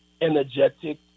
energetic